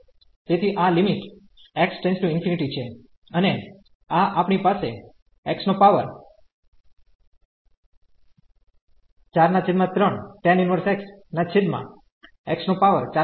તેથીઆ limit x→∞ છે અને આ આપણી પાસે X43tan 1xX431x 413 છે